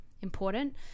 important